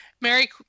Mary